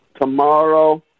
tomorrow